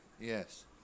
yes